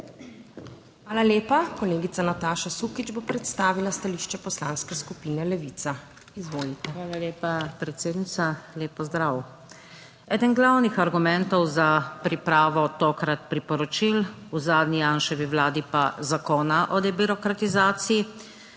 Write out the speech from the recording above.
Hvala lepa. Kolegica Nataša Sukič bo predstavila stališče Poslanske skupine Levica. Izvolite. NATAŠA SUKIČ (PS Levica): Hvala lepa, predsednica. Lep pozdrav! Eden glavnih argumentov za pripravo tokrat priporočil, v zadnji Janševi vladi pa Zakona o debirokratizaciji,